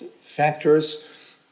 factors